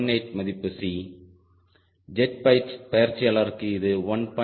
18 மதிப்பு C jet பயிற்சியாளருக்கு இது 1